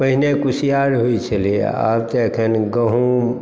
पहिने कुसिआर होइ छलै आब तऽ एखन गहूम